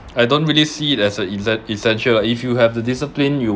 I don't really see it as an e~ essential lah if you have the discipline you